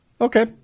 Okay